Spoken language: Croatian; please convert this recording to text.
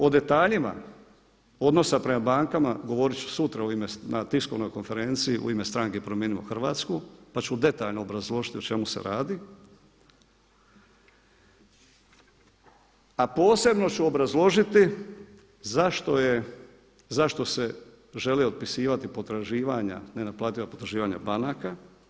O detaljima odnosa prema bankama govorit ću sutra u ime na tiskovnoj konferenciji u ime stranke „Promijenimo Hrvatsku“ pa ću detaljno obrazložiti o čemu se radi, a posebno ću obrazložiti zašto se žele otpisivati potraživanja, nenaplativa potraživanja banaka.